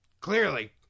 Clearly